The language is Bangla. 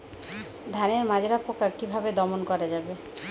ধানের মাজরা পোকা কি ভাবে দমন করা যাবে?